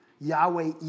Yahweh